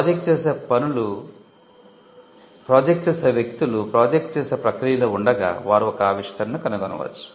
project చేసే వ్యక్తులు project చేసే ప్రక్రియలో ఉండగా వారు ఒక ఆవిష్కరణను కనుగొనవచ్చు